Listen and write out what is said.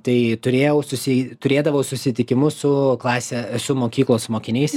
tai turėjau susi turėdavau susitikimus su klase su mokyklos mokiniais